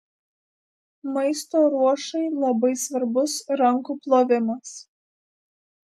maisto ruošai labai svarbus rankų plovimas